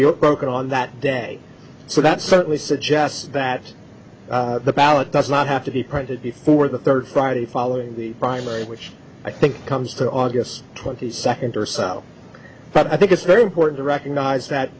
or broken on that day so that certainly suggests that the ballot does not have to be printed before the third friday following the primary which i think comes to august twenty second or so but i think it's very important to recognize that